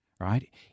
right